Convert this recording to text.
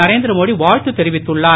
நரேந்திரமோடி வாழ்த்து தெரிவித்துள்ளார்